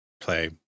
play